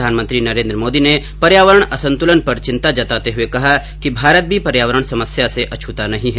प्रधानमंत्री नरेन्द्र मोदी ने पर्यावरण असंतुलन पर चिंता जताते हुए कहा कि भारत भी पर्यावरण समस्या से अछूता नहीं है